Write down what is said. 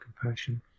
compassion